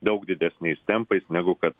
daug didesniais tempais negu kad